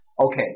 Okay